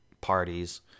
parties